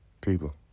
People